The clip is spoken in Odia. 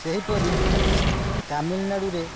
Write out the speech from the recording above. ସେହିପରି ତାମିଲନାଡ଼ୁରେ